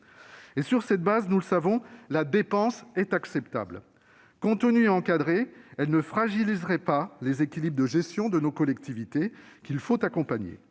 Sur ce fondement, nous le savons, la dépense est acceptable. Contenue et encadrée, elle ne fragiliserait pas les équilibres de gestion de nos collectivités, qu'il faut accompagner.